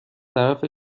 طرف